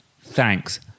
Thanks